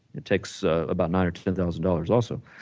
it takes about nine or ten thousand dollars also,